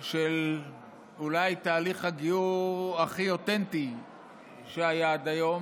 אולי תהליך הגיור הכי אותנטי שהיה עד היום,